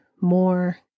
more